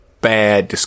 bad